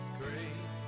great